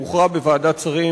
הוא הוכרע בוועדת שרים,